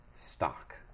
Stock